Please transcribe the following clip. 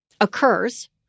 occurs